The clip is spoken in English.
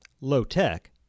Low-tech